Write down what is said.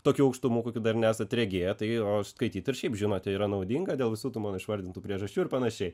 tokių aukštumų kokių dar nesat regėję tai o skaityt ir šiaip žinote yra naudinga dėl visų tų mano išvardintų priežasčių ir panašiai